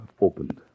opened